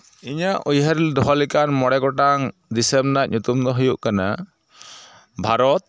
ᱤᱧᱟᱹᱜ ᱩᱭᱦᱟᱹᱨ ᱫᱚᱦᱚ ᱞᱮᱠᱟᱱ ᱢᱚᱬᱮ ᱜᱚᱴᱟᱱ ᱵᱤᱥᱚᱢ ᱨᱮᱱᱟᱜ ᱧᱩᱛᱩᱢ ᱫᱚ ᱦᱩᱭᱩᱜ ᱠᱟᱱᱟ ᱵᱷᱟᱨᱚᱛ